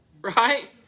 right